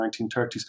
1930s